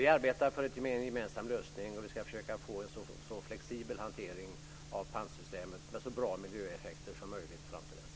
Vi arbetar alltså för en gemensam lösning, och vi ska försöka få en så flexibel hantering av pantsystemet som möjligt med så bra miljöeffekter som möjligt fram till dess.